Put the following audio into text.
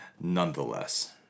nonetheless